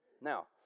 Now